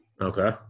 Okay